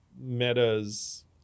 Meta's